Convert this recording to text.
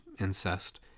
incest